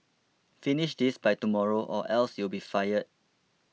finish this by tomorrow or else you'll be fired